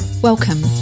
Welcome